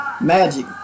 Magic